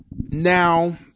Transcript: now